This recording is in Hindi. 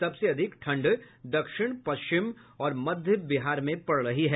सबसे अधिक ठंड दक्षिण पश्चिम और मध्य बिहार में पड़ रही है